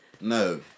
No